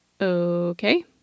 okay